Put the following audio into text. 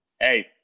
hey